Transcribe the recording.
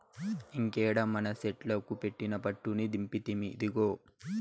ఇంకేడ మనసెట్లుకు పెట్టిన పట్టుని దింపితిమి, ఇదిగో